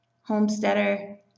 homesteader